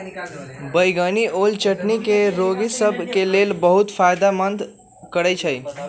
बइगनी ओल चिन्नी के रोगि सभ के लेल बहुते फायदा करै छइ